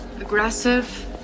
aggressive